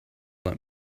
let